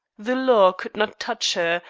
the law could not touch her,